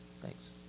Thanks